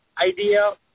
idea